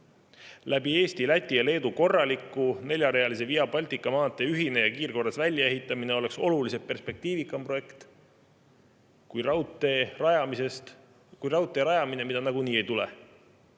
Eesti, Läti ja Leedu korraliku neljarealise Via Baltica maantee ühine kiirkorras väljaehitamine oleks oluliselt perspektiivikam projekt kui raudtee rajamine, mida nagunii ei tule.